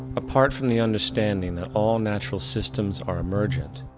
apart from the understanding that all natural systems are emergent,